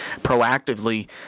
proactively